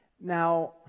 Now